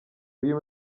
uyu